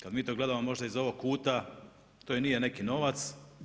Kad mi to gledamo možda iz ovog kuta, to i nije neki novac.